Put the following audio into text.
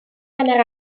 hanner